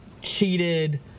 cheated